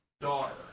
daughter